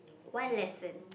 one lesson